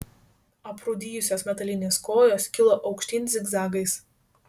aprūdijusios metalinės kojos kilo aukštyn zigzagais